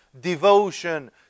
devotion